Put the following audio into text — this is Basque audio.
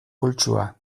pultsua